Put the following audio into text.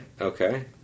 okay